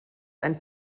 ein